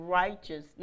righteous